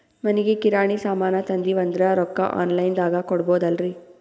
ಮನಿಗಿ ಕಿರಾಣಿ ಸಾಮಾನ ತಂದಿವಂದ್ರ ರೊಕ್ಕ ಆನ್ ಲೈನ್ ದಾಗ ಕೊಡ್ಬೋದಲ್ರಿ?